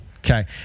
Okay